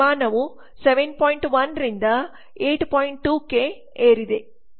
2 ಕ್ಕೆ ಏರಿದೆ